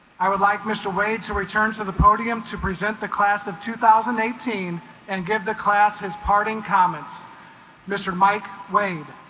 i would like mr. wade to return to the podium to present the class of two thousand and eighteen and give the class his parting comments mr. mike wade